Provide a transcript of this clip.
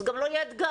זה גם לא יהיה אתגר.